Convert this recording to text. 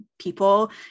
people